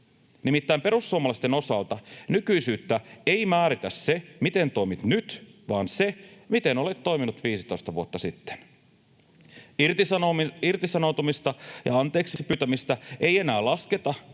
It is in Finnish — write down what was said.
Nimittäin perussuomalaisten osalta nykyisyyttä ei määritä se, miten toimit nyt, vaan se, miten olet toiminut 15 vuotta sitten. Irtisanoutumista ja anteeksipyytämistä ei enää lasketa,